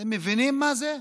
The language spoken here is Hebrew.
אתם מבינים מה זה,